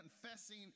confessing